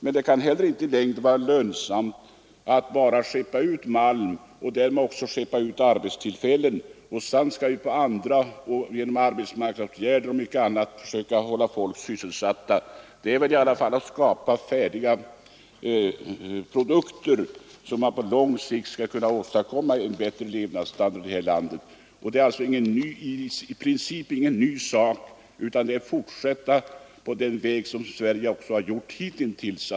Men det kan heller inte vara lönsamt att bara skeppa ut malm och därmed också arbetstillfällen och sedan genom arbetsmarknadsåtgärder och på många andra sätt försöka hålla folk sysselsatta. Det är väl i alla fall genom att framställa färdiga produkter som man på lång sikt skall kunna åstadkomma en bättre levnadsstandard i detta land. Detta är alltså i princip ingen ny sak, utan det är att fortsätta på den väg som Sverige hittills har följt.